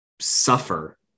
suffer